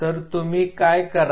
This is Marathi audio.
तर तुम्ही काय कराल